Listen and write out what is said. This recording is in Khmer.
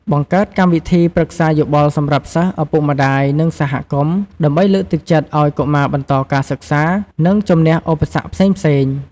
បង្កើតកម្មវិធីប្រឹក្សាយោបល់សម្រាប់សិស្ស ឪពុកម្តាយ និងសហគមន៍ ដើម្បីលើកទឹកចិត្តឱ្យកុមារបន្តការសិក្សា និងជម្នះឧបសគ្គផ្សេងៗ។